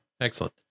Excellent